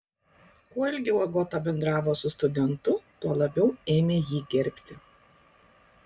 kuo ilgiau agota bendravo su studentu tuo labiau ėmė jį gerbti